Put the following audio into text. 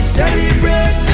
celebrate